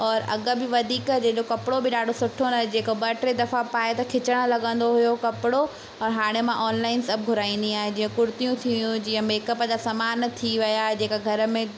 और अघ बि वधीक जंहिंजो कपिड़ो बि ॾाढो सुठो न जेको ॿ टे दफ़ा पाए त खिचणु लॻंदो हुओ कपिड़ो और हाणे मां ऑनलाइन सभु घुराईंदी आहियां जीअं कुर्तियूं थियूं जीअं मेकअप जा समान थी विया जेका घर में